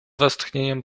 westchnieniem